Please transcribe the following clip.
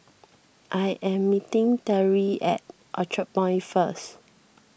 I am meeting Teri at Orchard Point first